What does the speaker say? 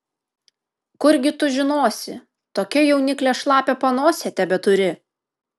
kurgi tu žinosi tokia jauniklė šlapią panosę tebeturi